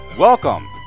Welcome